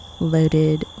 loaded